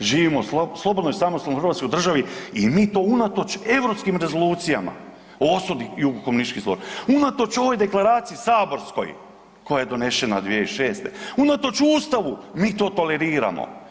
živimo u slobodnoj, samostalnoj Hrvatskoj državi i mi to unatoč europskim rezolucijama o osudi jugokomunističkih, unatoč ovoj deklaraciji saborskoj koja je donešena 2006., unatoč Ustavu mi to toleriramo.